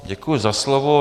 Děkuji za slovo.